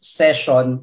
session